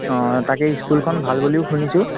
অঁ তাকে স্কুলখন ভাল বুলিও শুনিছোঁ